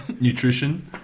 nutrition